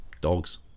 Dogs